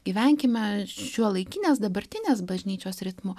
gyvenkime šiuolaikinės dabartinės bažnyčios ritmu